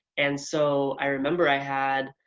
and so i remember i had.